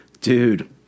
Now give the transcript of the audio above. Dude